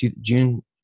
June